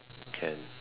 can